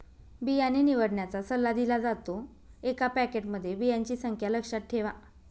बियाणे निवडण्याचा सल्ला दिला जातो, एका पॅकेटमध्ये बियांची संख्या लक्षात ठेवा